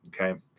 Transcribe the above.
okay